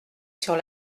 sur